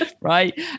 right